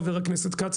חבר הכנסת כץ,